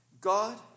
God